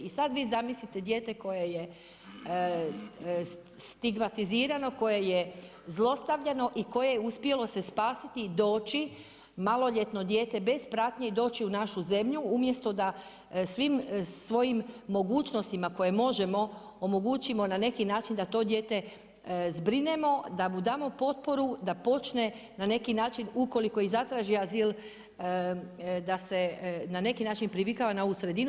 I sad vi zamislite dijete koje je stigmatizirano, koje je zlostavljeno i koje uspjelo se spasiti, doći, maloljetno dijete, bez pratnje i doći u našu zemlju, umjesto da svim svojim mogućnostima koje možemo, omogućimo na neki način da to dijete zbrinemo, da mu damo potporu, da počne, na neki način, ukoliko i zatraži azil, da se na neki način privikava na ovu sredinu.